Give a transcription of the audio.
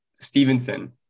Stevenson